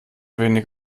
wenig